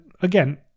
again